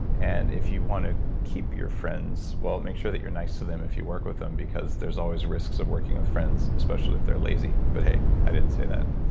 and if you want to keep your friends, make sure that you're nice to them if you work with them because there's always risks of working with friends especially if they're lazy but hey, i didn't say that,